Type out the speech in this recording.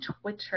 Twitter